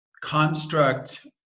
construct